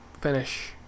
finish